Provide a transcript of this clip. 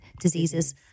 diseases